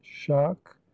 shock